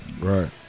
Right